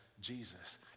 jesus